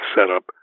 setup